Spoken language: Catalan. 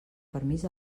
permís